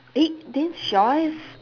eh then shall I